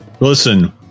Listen